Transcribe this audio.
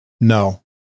no